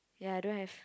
ya don't have